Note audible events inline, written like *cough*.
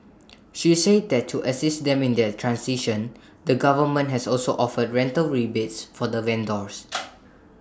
she said that to assist them in their transition the government has also offered rental rebates for the vendors *noise*